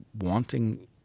wanting